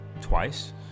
twice